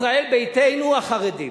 ישראל ביתנו החרדים.